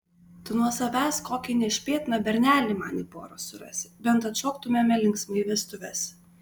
tu nuo savęs kokį nešpėtną bernelį man į porą surasi bent atšoktumėme linksmai vestuves